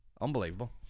Unbelievable